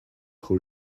who